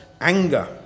anger